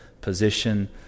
position